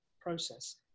process